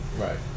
Right